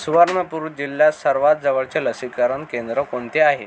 सुवर्णपूर जिल्हा सर्वात जवळचे लसीकरण केंद्र कोणते आहे